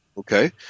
Okay